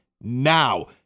now